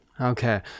Okay